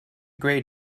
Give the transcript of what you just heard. gray